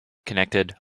connected